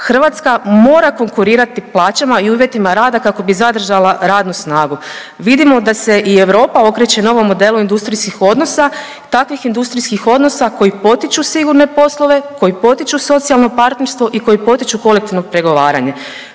Hrvatska mora konkurirati plaćama i uvjetima rada kako bi zadržala radnu snagu. Vidimo da se i Europa okreće novom modelu industrijskih odnosa. Takvih industrijskih odnosa koji potiču sigurne poslove, koji potiču socijalno partnerstvo i koji potiču kolektivno pregovaranje.